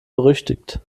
berüchtigt